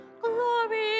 Glory